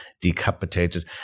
decapitated